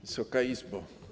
Wysoka Izbo!